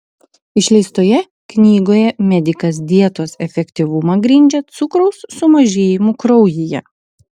išleistoje knygoje medikas dietos efektyvumą grindžia cukraus sumažėjimu kraujyje